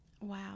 Wow